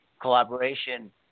collaboration